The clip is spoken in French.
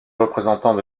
représentants